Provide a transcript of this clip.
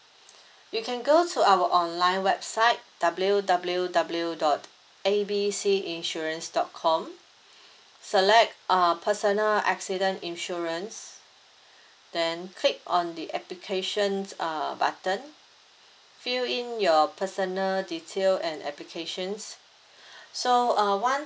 you can go to our online website W W W dot A B C insurance dot com select uh personal accident insurance then click on the applications uh button fill in your personal detail and applications so uh one